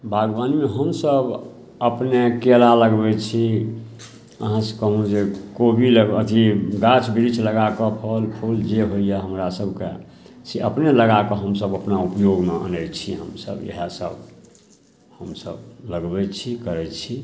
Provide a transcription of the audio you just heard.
बागबानीमे हमसब अपने केरा लगबै छी अहाँ सबके कहलहुॅं जे कोबी लग अथी गाछ बृक्ष लगा कऽ फल फूल जे होइया हमरा सबके से अपने लगा कऽ हमसब अपना उपयोगमे आनै छी हमसब इएह हमसब लगबै छी करै छी